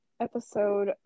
episode